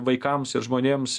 vaikams ir žmonėms